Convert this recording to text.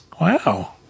Wow